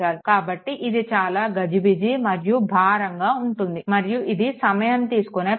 కాబట్టి ఇది చాలా గజిబిజి మరియు భారంగా ఉంటుంది మరియు ఇది సమయం తీసుకునే ప్రక్రియ